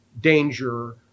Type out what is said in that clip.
danger